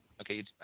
Okay